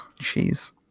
Jeez